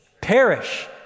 perish